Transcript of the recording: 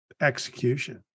execution